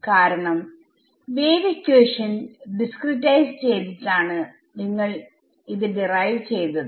കാരണം wave equation discretise ചെയ്തിട്ടാണ് നിങ്ങൾ ഇത് ഡിറൈവ് ചെയ്തത്